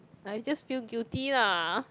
I just feel guilty lah